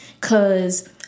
Cause